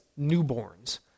newborns